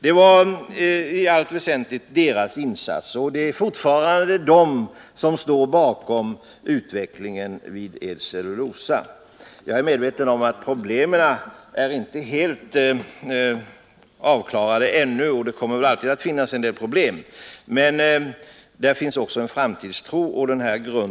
Det var i allt väsentligt deras insats som möjliggjorde fortsatt drift, och det är fortfarande de anställda som står bakom utvecklingen vid Eds Cellulosafabrik. Jag är medveten om att problemen inte är helt avklarade och att det alltid kommer att finnas en del problem, men där finns också en framtidstro.